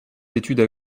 études